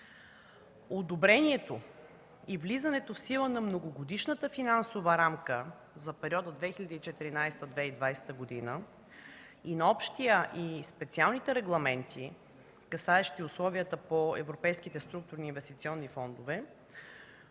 Одобрението и влизането в сила на Многогодишната финансова рамка за периода 2014-2020 г. и на общия и специалните регламенти, касаещи условията по европейските структурни инвестиционни фондове,